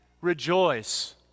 rejoice